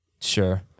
Sure